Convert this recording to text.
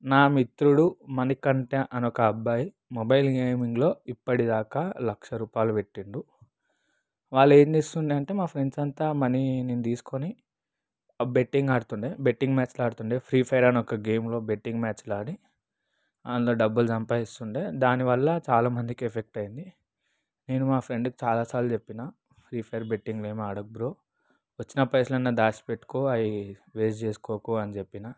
నా మిత్రుడు మణికంఠ అని ఒక అబ్బాయి మొబైల్ గేమింగ్లో ఇప్పటిదాకా లక్ష రూపాయలు పెట్టాడు వాళ్ళు ఏం చేస్తుండే అంటే మా ఫ్రెండ్స్ అంతా మనీని తీసుకొని బెట్టింగ్ ఆడుతుంటే బెట్టింగ్ మ్యాచ్లు ఆడుతుంటే ఫ్రీ ఫైర్ అనే ఒక గేమ్లో బెట్టింగ్ మ్యాచ్లు ఆడి అందులో డబ్బులు సంపాదిస్తుండేది దాని వల్ల చాలా మందికి ఎఫెక్ట్ అయింది నేను మా ఫ్రెండ్కి చాలా సార్లు చెప్పిన ఫ్రీ ఫైర్ బెట్టింగ్లు ఏమీ ఆడకు బ్రో వచ్చిన పైసలు అన్ని దాచి పెట్టుకో అవి వేస్ట్ చేసుకోకు అని చెప్పిన